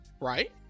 right